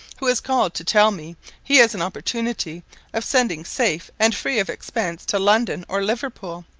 who has called to tell me he has an opportunity of sending safe and free of expense to london or liverpool,